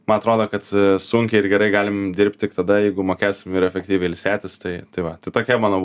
ma atrodo kad sunkiai ir gerai galim dirbt tik tada jeigu mokėsim ir efektyviai ilsėtis tai tai va tokia mano